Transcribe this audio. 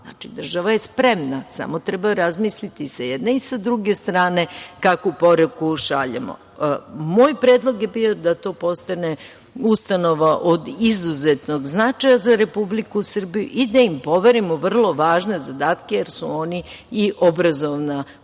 država je spremna samo treba razmisliti i sa jedne i sa druge strane kakvu poruku šaljemo. Moj predlog je bio da to postane ustanova od izuzetnog značaja za Republiku Srbiju i da im poverimo vrlo važne zadatke, jer su oni i obrazovna ustanova